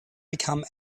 become